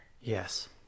yes